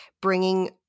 bringing